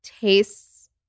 tastes